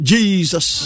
Jesus